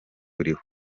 buriho